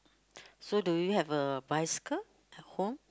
so do you have a bicycle at home